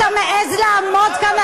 אתה מעז לעמוד כאן,